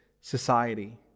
society